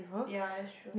ya that's true